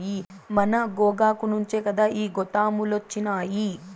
మన గోగాకు నుంచే కదా ఈ గోతాములొచ్చినాయి